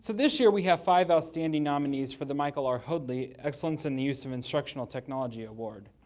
so this year we have five outstanding nominees for the michael r. hoadley excellence in the use of instructional technology award.